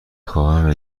خواهم